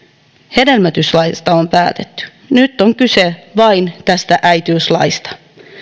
hedelmöityslaista on päätetty nyt on kyse vain tästä äitiyslaista